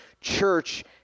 church